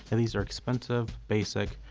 these are expensive, basic,